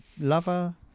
lover